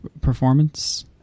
performance